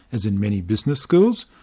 as in many business schools,